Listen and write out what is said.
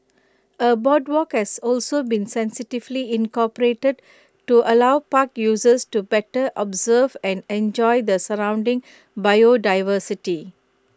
A boardwalk has also been sensitively incorporated to allow park users to better observe and enjoy the surrounding biodiversity